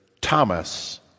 Thomas